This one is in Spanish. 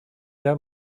era